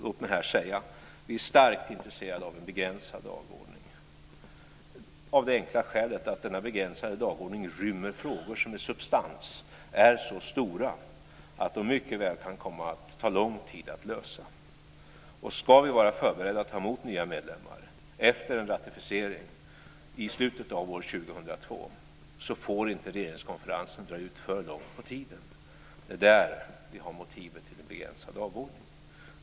Låt mig i det sammanhanget säga att vi är mycket intresserade av en begränsad dagordning av det enkla skälet att denna begränsade dagordning rymmer frågor som med sin substans är så stora att de mycket väl kan komma att ta lång tid att lösa. Och om vi ska vara förberedda för att ta emot nya medlemmar efter en ratificering i slutet av år 2002 får inte regeringskonferensen dra ut för långt på tiden. Det är där vi har motivet till en begränsad dagordning.